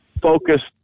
focused